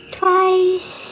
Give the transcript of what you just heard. twice